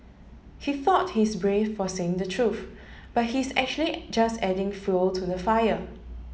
he thought he's brave for saying the truth but he's actually just adding fuel to the fire